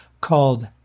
called